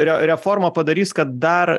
re reforma padarys kad dar